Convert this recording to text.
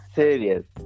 serious